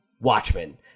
Watchmen